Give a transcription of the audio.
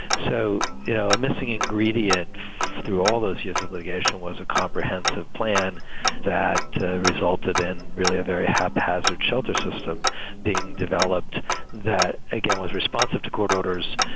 so, you know, a missing ingredient through all those years of litigation was a comprehensive plan that resulted in really a very haphazard shelter system being developed that again was responsive to court orders,